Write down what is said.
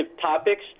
topics